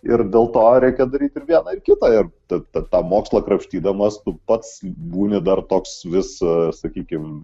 ir dėl to reikia daryti ir vieną ir kitą ir tad tą pamokslą krapštydamas tu pats būni dar toks vis sakykim